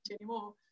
anymore